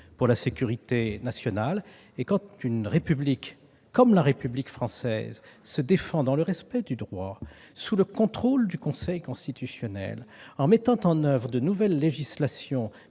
pour la sécurité nationale ! Quand une république comme la République française se défend, dans le respect du droit, sous le contrôle du Conseil constitutionnel, en mettant en oeuvre de nouvelles législations